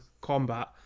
combat